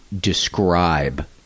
describe